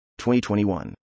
2021